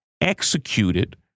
executed